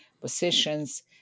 positions